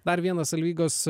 dar vienas alvygos